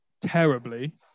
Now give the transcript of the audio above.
terribly